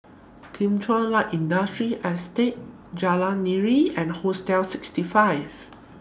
Kim Chuan Light Industrial Estate Jalan Nira and Hostel sixty five